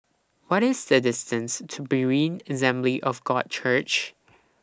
What IS The distance to Berean Assembly of God Church